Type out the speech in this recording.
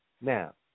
Now